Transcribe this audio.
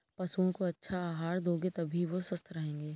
पशुओं को अच्छा आहार दोगे तभी वो स्वस्थ रहेंगे